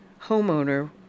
homeowner